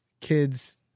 kids